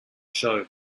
show